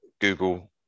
Google